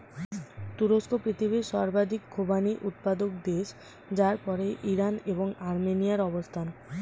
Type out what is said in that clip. তুরস্ক পৃথিবীর সর্বাধিক খোবানি উৎপাদক দেশ যার পরেই ইরান এবং আর্মেনিয়ার অবস্থান